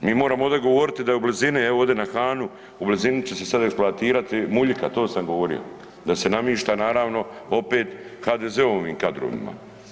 Mi moramo ovdje govoriti da je u blizini evo ovdje na Hanu u blizini će se sada eksploatirati muljika to sam govorio, da se namišta naravno opet HDZ-ovim kadrovima.